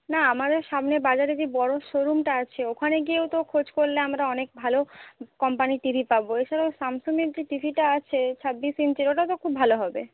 না আমাদের সামনে বাজারে যে বড় শোরুমটা আছে ওখানে গিয়েও তো খোঁজ করলে আমরা অনেক ভালো কম্পানির টিভি পাব এছাড়াও স্যামসংয়ের যে টিভিটা আছে ছাব্বিশ ইঞ্চির ওটা তো খুব ভালো হবে